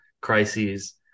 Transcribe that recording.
crises